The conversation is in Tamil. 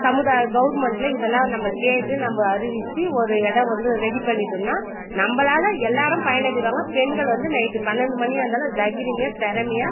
சமுதா கவுர்மெண்டில் இதெல்லாம் நம்ம கேட்டு நம்ம அறிவித்து ஒரு இடம் வந்து ரெடி பண்ணிட்டோம்னால் நம்மளால எல்லோரும் பயனடைவாங்க பெண்கள் வந்து நைட்டு பன்னெண்டு மணியாக இருந்தாலும் தகிரிமா திறமையா